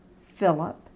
Philip